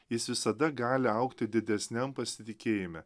jis visada gali augti didesniam pasitikėjime